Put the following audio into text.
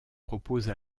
propose